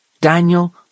Daniel